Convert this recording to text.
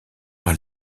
par